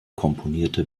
komponierte